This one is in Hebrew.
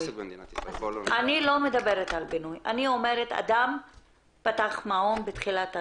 אני אומרת אדם פתח מעון בתחילת השנה,